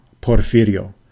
Porfirio